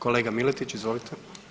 Kolega Miletić, izvolite.